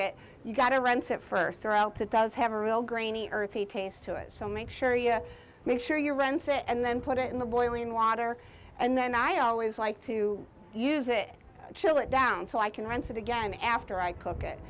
it you gotta runs it first routes it does have a real grainy earthy taste to it so make sure you make sure your runs it and then put it in the boiling water and then i always like to use it chill it down so i can rent it again after i cook it